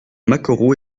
maquereau